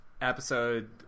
episode